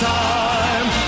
time